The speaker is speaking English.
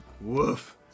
Woof